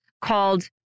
called